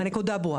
הנקודה ברורה.